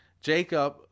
Jacob